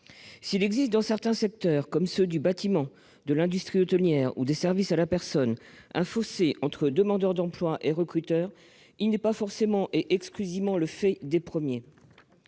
S'il existe dans certains secteurs, comme ceux du bâtiment, de l'industrie hôtelière ou des services à la personne, un fossé entre demandeurs d'emploi et recruteurs, il n'est pas forcément et exclusivement le fait des premiers.